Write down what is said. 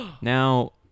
Now